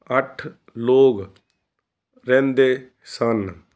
ਅੱਠ ਲੋਕ ਰਹਿੰਦੇ ਸਨ